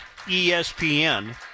ESPN